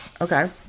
okay